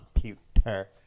computer